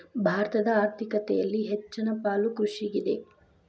ಭಾರತದ ಆರ್ಥಿಕತೆಯಲ್ಲಿ ಹೆಚ್ಚನ ಪಾಲು ಕೃಷಿಗಿದೆ